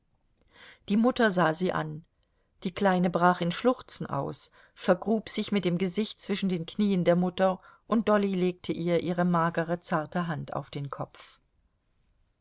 die mutter sah sie an die kleine brach in schluchzen aus vergrub sich mit dem gesicht zwischen den knien der mutter und dolly legte ihr ihre magere zarte hand auf den kopf